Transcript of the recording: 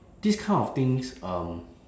this kind of things um